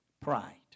pride